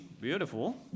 Beautiful